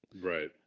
Right